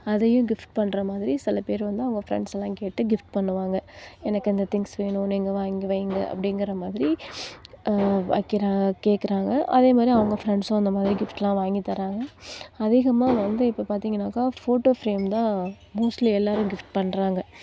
அதையும் கிஃப்ட் பண்ற மாதிரி சில பேர் வந்து அவங்க ஃப்ரெண்ட்ஸ் எல்லாம் கேட்டு கிப்ட் பண்ணுவாங்க எனக்கு அந்த திங்ஸ் வேணும் நீங்கள் வாங்கி வைங்க அப்படிங்கிற மாதிரி வைக்கிற கேட்குறாங்க அதே மாதிரி அவங்க ஃப்ரெண்ட்ஸ்ஸும் அந்த மாதிரி கிஃப்ட்லாம் வாங்கி தராங்க அதிகமாக வந்து இப்ப பார்த்திங்கனாக்கா ஃபோட்டோ ஃபிரேம் தான் மோஸ்ட்லி எல்லாரும் கிஃப்ட் பண்றாங்க